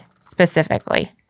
specifically